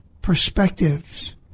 perspectives